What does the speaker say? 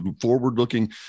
forward-looking